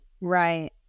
Right